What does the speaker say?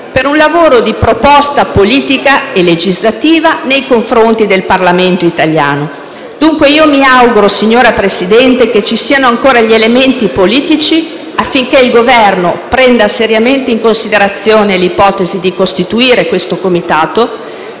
un lavoro di proposta politica e legislativa nei confronti del Parlamento italiano. Mi auguro, dunque, signor Presidente, che ci siano ancora gli elementi politici affinché il Governo prenda seriamente in considerazione l'ipotesi di costituire questo Comitato.